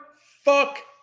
fuck